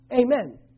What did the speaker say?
Amen